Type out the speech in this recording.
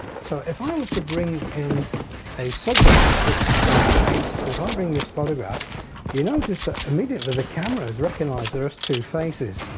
so if i was to bring in a subject which has got a face if i bring this photograph you know just that immediately the cameras recognized there are two faces.